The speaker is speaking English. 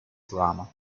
drama